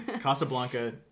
casablanca